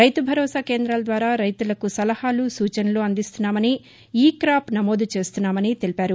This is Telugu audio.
రైతు బరోసా కేంద్రాల ద్వారా రైతులకు సలహాలు సూచనలు అందిస్తున్నామని ఈ క్రాప్ నమోదు చేస్తున్నామని తెలిపారు